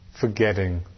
Forgetting